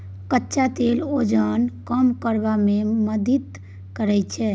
कचका तेल ओजन कम करबा मे मदति करैत छै